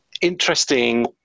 interesting